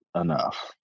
enough